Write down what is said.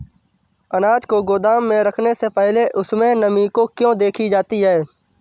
अनाज को गोदाम में रखने से पहले उसमें नमी को क्यो देखी जाती है?